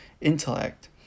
intellect